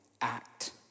act